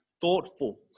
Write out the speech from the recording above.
thoughtful